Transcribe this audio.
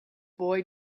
boy